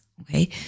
Okay